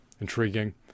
intriguing